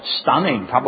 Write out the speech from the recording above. stunning